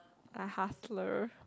a hustler